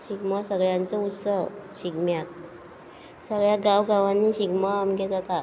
शिगमो सगळ्यांचो उत्सव शिगम्यात सगळ्या गांव गांवांनी शिगमो आमगे जाता